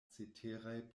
ceteraj